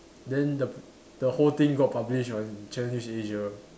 then the the whole thing got published on Channel News Asia